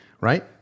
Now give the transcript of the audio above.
right